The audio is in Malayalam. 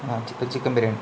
ആ ചിക്കൻ ചിക്കൻ ബിരിയാണി